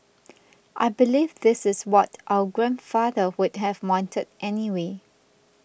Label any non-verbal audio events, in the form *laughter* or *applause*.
*noise* I believe this is what our grandfather would have wanted anyway